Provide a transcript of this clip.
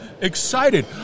excited